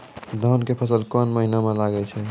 धान के फसल कोन महिना म लागे छै?